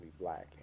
black